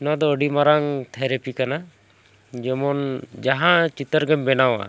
ᱱᱚᱣᱟ ᱫᱚ ᱟᱹᱰᱤ ᱢᱟᱨᱟᱝ ᱛᱷᱮᱨᱟᱯᱤ ᱠᱟᱱᱟ ᱡᱮᱢᱚᱱ ᱡᱟᱦᱟᱸ ᱪᱤᱛᱟᱹᱨ ᱜᱮᱢ ᱵᱮᱱᱟᱣᱟ